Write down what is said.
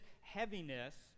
heaviness